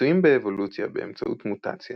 ניסויים באבולוציה באמצעות מוטציה